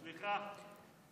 סליחה.